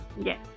Yes